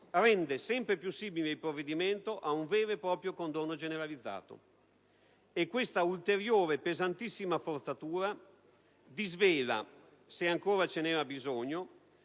rende sempre più simile il provvedimento a un vero e proprio condono generalizzato; e questa ulteriore e pesantissima forzatura disvela - se ancora ce n'era bisogno